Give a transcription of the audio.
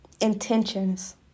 Intentions